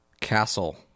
castle